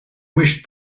wished